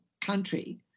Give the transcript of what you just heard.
country